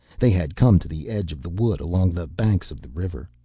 they had come to the edge of the wood along the banks of the river.